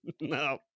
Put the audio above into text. no